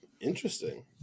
Interesting